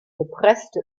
gepresste